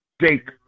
take